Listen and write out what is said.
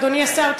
אדוני השר,